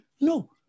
No